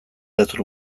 gezur